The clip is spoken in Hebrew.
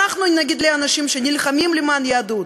אנחנו נגיד לאנשים שנלחמים למען היהדות,